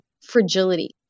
fragility